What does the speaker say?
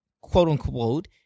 quote-unquote